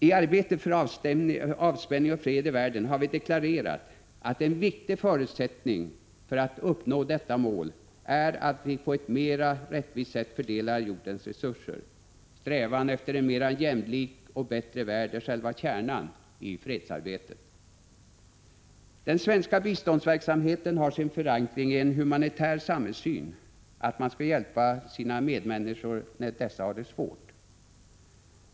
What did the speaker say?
I arbetet för avspänning och fred i världen har vi deklarerat att en viktig förutsättning för att uppnå detta mål är att vi på ett mera rättvist sätt fördelar jordens resurser. Strävan efter en mera jämlik och bättre värld är själva kärnan i fredsarbetet. Den svenska biståndsverksamheten har sin förankring i en humanitär samhällssyn: att man skall hjälpa sina medmänniskor när dessa har det svårt.